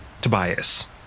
Tobias